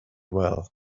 well